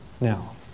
now